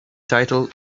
title